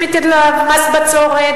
שמטיל עליו מס בצורת,